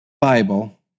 Bible